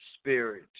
spirit